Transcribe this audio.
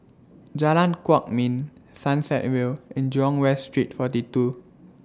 Jalan Kwok Min Sunset Vale and Jurong West Street forty two